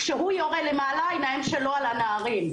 כשהוא יורה למעלה, העיניים שלו על הנערים.